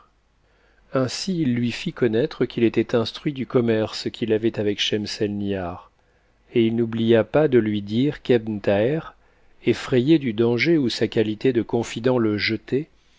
ainsi il lui fit connaitre qu'il était instruit du commerce qu il avait avec schemselnihar et il n'oublia pas de lui dire qu'ebn thaher efïrayé du danger où sa qualité de confident le jetait